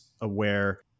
aware